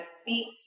speak